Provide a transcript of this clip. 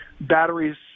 batteries